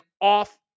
off